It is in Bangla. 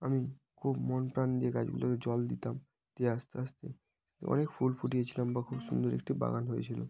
আমি খুব মন প্রাণ দিয়ে গাছগুলোতে জল দিতাম দিয়ে আস্তে আস্তে অনেক ফুল ফুটিয়েছিলাম বা খুব সুন্দর একটি বাগান হয়েছিলো